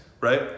Right